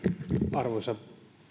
arvoisa